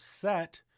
set